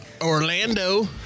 Orlando